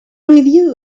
review